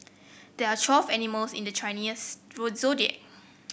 there are twelve animals in the Chinese zodiac